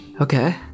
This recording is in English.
Okay